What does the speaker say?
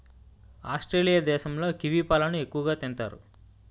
Australia దేశంలో kiwi పళ్ళను ఎక్కువగా తింతారు